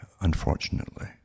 Unfortunately